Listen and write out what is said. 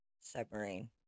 submarine